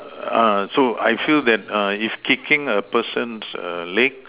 uh so I feel that uh if kicking a person's err leg